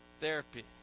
therapy